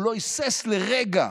הוא לא היסס לרגע